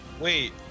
wait